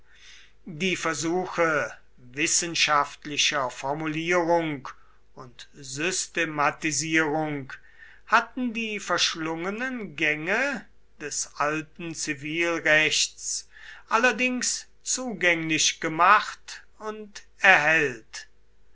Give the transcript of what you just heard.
die versuche wissenschaftlicher formulierung und systematisierung hatten die verschlungenen gänge des alten zivilrechts allerdings zugänglich gemacht und erhellt